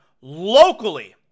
locally